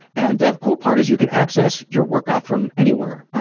and the cool part is you can access your workout from anywhere.